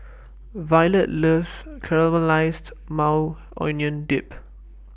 Violet loves Caramelized Maui Onion Dip